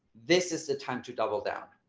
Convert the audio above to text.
this is the time to double down.